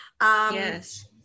Yes